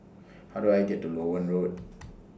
How Do I get to Loewen Road